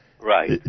Right